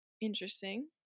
Interesting